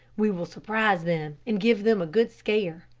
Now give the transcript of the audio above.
we will surprise them and give them a good scare,